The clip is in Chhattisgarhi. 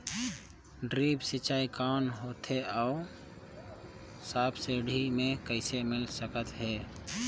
ड्रिप सिंचाई कौन होथे अउ सब्सिडी मे कइसे मिल सकत हे?